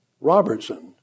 Robertson